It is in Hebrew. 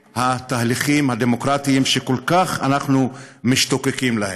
מהתהליכים הדמוקרטיים שאנחנו כל כך משתוקקים להם.